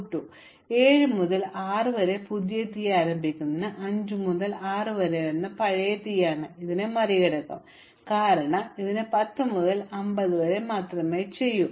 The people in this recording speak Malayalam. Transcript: ഇപ്പോൾ 7 മുതൽ 6 വരെ പുതിയ തീ ആരംഭിക്കുന്നത് 5 മുതൽ 6 വരെ വരുന്ന ഒരു പഴയ തീയാണ് പക്ഷേ ഇത് അതിനെ മറികടക്കും കാരണം ഇത് 10 മുതൽ 50 വരെ മാത്രമേ ചെയ്യൂ